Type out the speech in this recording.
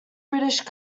british